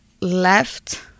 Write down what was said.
left